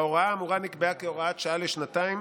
ההוראה האמורה נקבעה כהוראת שעה לשנתיים